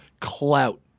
clout